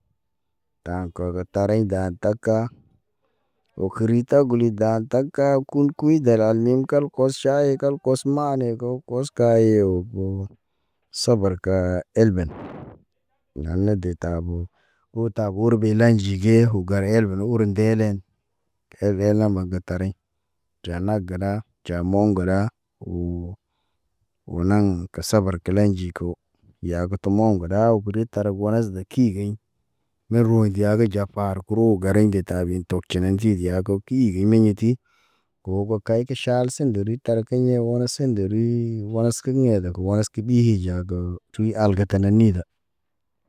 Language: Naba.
Ta kɔg tariŋ ga taka o keri ta guli dan taka kul kuy delal nim kalkɔ. Kɔs ʃaye kal kɔs mane gaw ko, kɔs kaye o bo. Sabar ka elben nane de tabo u ta ur be lanji ge u gar elbe ur ndelen. Elbe lambe ge tariŋ ja nag gela, ja mɔŋgo la. O, o naŋ ke sabar kela nji ko, yage gud te mɔŋg ɗa uburi tar go nes de kigeɲ mer rɔɲ ndiya ge jafarg. Gro gəra nde tabe tɔk kenek ndi diya kaw ki higi maɲeti, kohogo kaye ge ʃal sen nde ri tar keɲe wane nde ri, was keɲe do kubaski. Kiɓi ja dɔ, tuyi al ge tane nida.